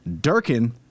Durkin